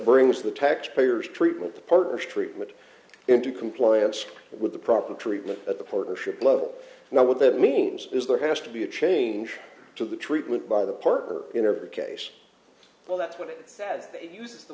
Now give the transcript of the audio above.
brings the tax payers treatment the partner's treatment into compliance with the proper treatment at the partnership level now what that means is there has to be a change to the treatment by the partner in every case well that's what it used the